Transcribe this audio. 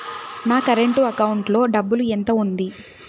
నా current account లో డబ్బులు ఎంత ఉంది?